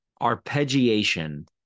arpeggiation